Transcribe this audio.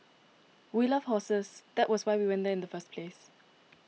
we love horses that was why we went there in the first place